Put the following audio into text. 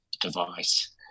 device